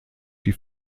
die